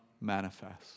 manifest